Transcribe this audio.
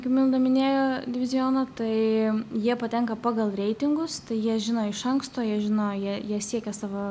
kaip milda minėjo diviziono tai jie patenka pagal reitingus tai jie žino iš anksto jie žino jie jie siekia savo